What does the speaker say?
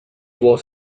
was